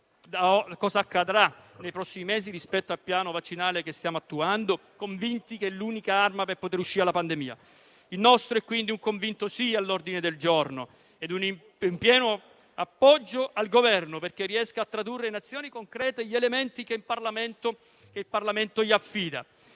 cosa accadrà nei prossimi mesi rispetto al piano vaccinale che stiamo attuando, convinti che è l'unica arma per poter uscire dalla pandemia. Il nostro è quindi un convinto sì all'ordine del giorno e un pieno appoggio al Governo, perché riesca a tradurre in azioni concrete gli elementi che il Parlamento gli affida